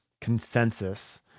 consensus